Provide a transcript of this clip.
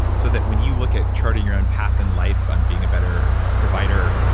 so that when you look at charting your own path in life, on being a better provider,